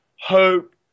hope